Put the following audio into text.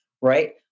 right